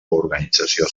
organització